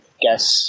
guess